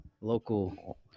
local